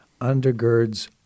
undergirds